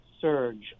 surge